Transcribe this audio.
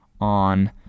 on